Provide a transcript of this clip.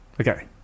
Okay